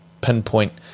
pinpoint